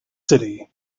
city